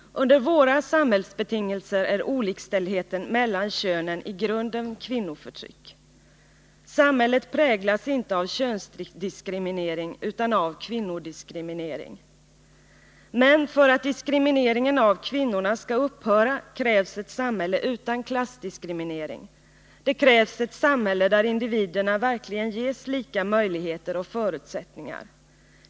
Under våra samhällsbetingelser är olikställigheten mellan könen i grunden kvinnoförtryck. Samhället präglas inte av könsdiskriminering, utan av kvinnodiskriminering. Men för att diskrimineringen av kvinnorna skall upphöra krävs ett samhälle utan klassdiskriminering. Det krävs ett samhälle där individerna verkligen ges lika möjligheter och förutsättningar.